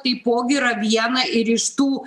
taipogi yra viena ir iš tų